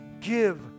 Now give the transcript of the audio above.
give